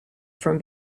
from